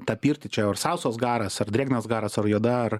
tą pirtį čia ar sausas garas ar drėgnas garas ar juoda ar